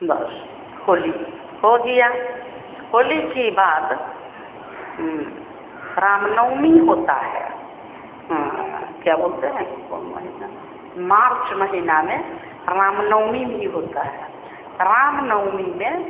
बस होली हो गई होली के बाद रामनवमी होती है क्या बोलते हैं कौन महीना मार्च महीना में रामनवमी भी होती है रामनवमी में